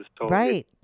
Right